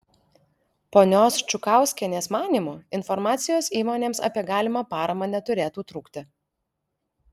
ponios čukauskienės manymu informacijos įmonėms apie galimą paramą neturėtų trūkti